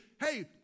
hey